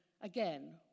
again